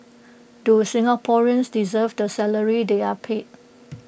do Singaporeans deserve the salaries they are paid